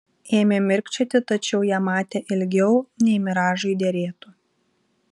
ėmė mirkčioti tačiau ją matė ilgiau nei miražui derėtų